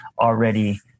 already